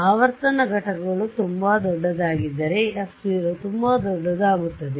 ಆವರ್ತನ ಘಟಕಗಳು ತುಂಬಾ ದೊಡ್ಡದಾಗಿದ್ದರೆ f 0 ತುಂಬಾ ದೊಡ್ಡದಾಗುತ್ತದೆ